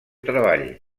treball